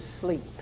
sleep